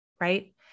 right